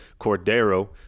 Cordero